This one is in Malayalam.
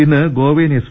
ഇന്ന് ഗോവയിൽ എഫ്